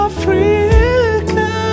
Africa